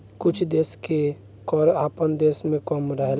कुछ देश के कर आपना देश से कम रहेला